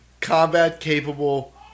combat-capable